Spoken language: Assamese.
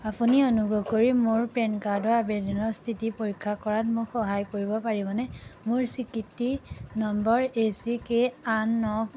আপুনি অনুগ্ৰহ কৰি মোৰ পেন কাৰ্ডৰ আবেদনৰ স্থিতি পৰীক্ষা কৰাত মোক সহায় কৰিব পাৰিবনে মোৰ স্বীকৃতি নম্বৰ এ চি কে আঠ ন